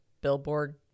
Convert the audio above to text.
Billboard